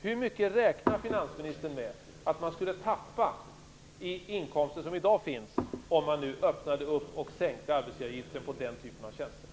Hur mycket räknar finansministern med att man skulle tappa i inkomster som i dag finns om man nu öppnade för att sänka arbetsgivaravgiften på den typen av tjänster?